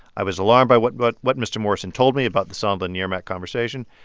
i was alarmed by what but what mr. morrison told me about the sondland-yermak conversation.